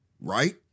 right